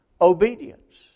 Obedience